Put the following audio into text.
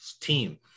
team